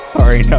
Sorry